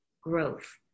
growth